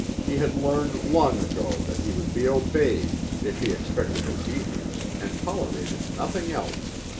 he had learned long ago that he would be obeyed if he expected obedience and tolerated nothing else.